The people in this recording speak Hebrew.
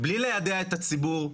בלי ליידע את הציבור,